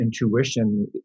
intuition